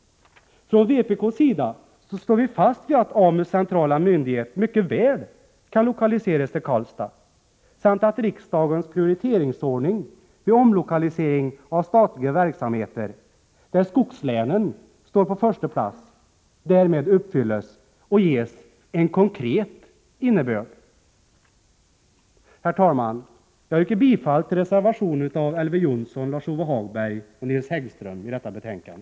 Från vpk:s sida står vi fast vid att AMU:s centrala myndighet mycket väl kan lokaliseras till Karlstad samt att riksdagens prioriteringsordning vid omlokalisering av statliga verksamheter, där skogslänen står på första plats, därmed uppfylls och ges en konkret innebörd. Herr talman! Jag yrkar bifall till reservationen av Elver Jonsson, Lars-Ove Hagberg och Nils Häggström i detta betänkande.